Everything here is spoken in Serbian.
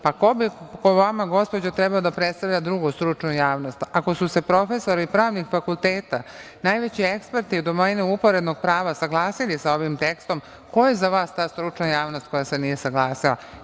Pa, ko bi po vama, gospođo trebao da predstavlja drugu stručnu javnost, ako su se profesori pravnih fakulteta, najveći eksperti u domenu uporednog prava, saglasili sa ovim tekstom, ko je za vas ta stručna javnost koja se nije saglasila?